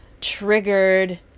Triggered